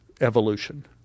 evolution